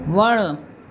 वणु